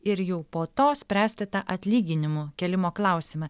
ir jau po to spręsti tą atlyginimų kėlimo klausimą